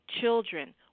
children